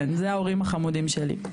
כן זה ההורים החמודים שלי.